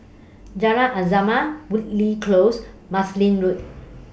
Jalan Azam Woodleigh Close Marsiling Road